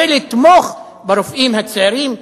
כדי לתמוך ברופאים הצעירים,